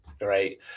right